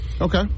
Okay